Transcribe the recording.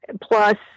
plus